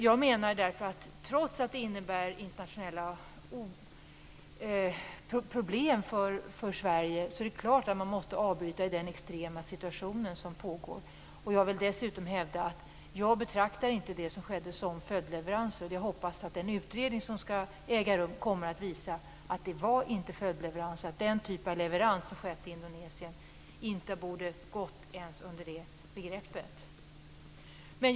Jag menar därför att vi i den extrema situation som nu råder måste avbryta leveranserna, trots att det innebär internationella problem för Sverige. Jag betraktar inte de leveranser som ägde rum som följdleveranser. Jag hoppas också att den utredning som skall arbeta med detta kommer att visa att det inte var följdleveranser, att den typ av leverans som skedde till Indonesien inte borde ha skett ens under den benämningen.